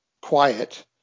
quiet